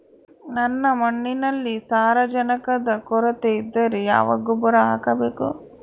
ನನ್ನ ಮಣ್ಣಿನಲ್ಲಿ ಸಾರಜನಕದ ಕೊರತೆ ಇದ್ದರೆ ಯಾವ ಗೊಬ್ಬರ ಹಾಕಬೇಕು?